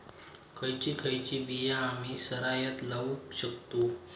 खयची खयची बिया आम्ही सरायत लावक शकतु?